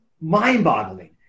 mind-boggling